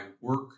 work